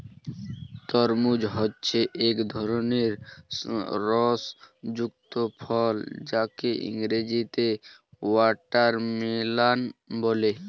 তরমুজ হচ্ছে এক ধরনের রস যুক্ত ফল যাকে ইংরেজিতে ওয়াটারমেলান বলে